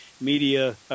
media